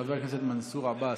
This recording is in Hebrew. חבר הכנסת מנסור עבאס,